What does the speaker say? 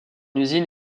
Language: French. usine